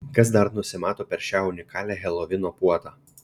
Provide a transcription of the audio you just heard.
kas dar nusimato per šią unikalią helovino puotą